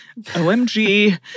OMG